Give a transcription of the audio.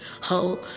Hull